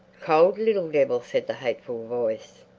cold little devil! said the hateful voice.